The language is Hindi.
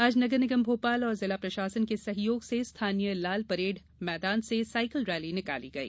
आज नगर निगम भोपाल और जिला प्रशासन के सहयोग से स्थानिय लालपरेड़ मैदान से साइकल रैली निकाली गई